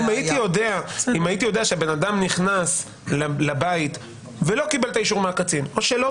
אם הייתי יודע שאם בן-אדם נכנס לבית ולא קיבל את האישור מהקצין או שלא